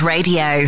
Radio